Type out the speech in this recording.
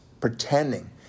pretending